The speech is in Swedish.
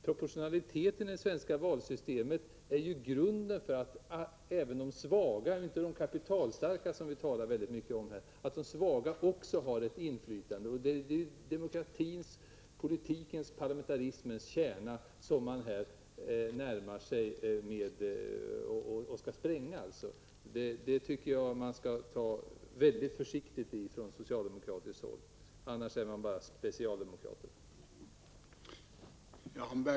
Proportionaliteten i det svenska valsystemet är ju grunden för att även de svaga -- och inte bara de kapitalstarka, som vi talar mycket om -- får ett inflytande. Det är demokratins, politikens och parlamentarismens kärna som man här närmar sig och tänker spränga. Jag tycker att socialdemokraterna skall vara mycket försiktiga med detta, annars är de bara ''specialdemokrater''.